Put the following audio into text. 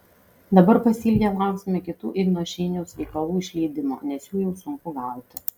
dabar pasiilgę lauksime kitų igno šeiniaus veikalų išleidimo nes jų jau sunku gauti